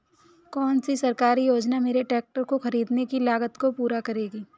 कौन सी सरकारी योजना मेरे ट्रैक्टर ख़रीदने की लागत को पूरा करेगी?